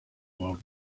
world